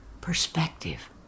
perspective